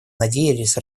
надеялись